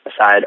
aside